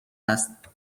است